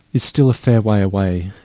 is still a fair way away.